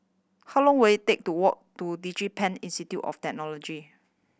how long will it take to walk to DigiPen Institute of Technology